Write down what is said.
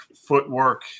footwork